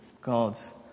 God's